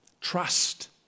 Trust